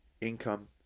income